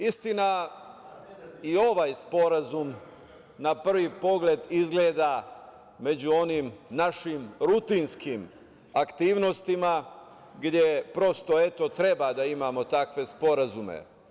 Istina i ovaj Sporazume na prvi pogled izgleda među onim našim rutinskim aktivnostima gde, prosto, eto, treba da imamo takve sporazume.